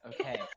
okay